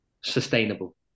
sustainable